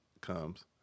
comes